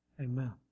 amen